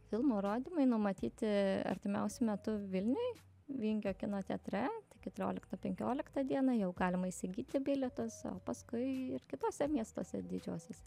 filmo rodymai numatyti artimiausiu metu vilniuj vingio kino teatre keturioliktą penkioliktą dieną jau galima įsigyti bilietus o paskui ir kituose miestuose didžiuosiuos